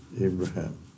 Abraham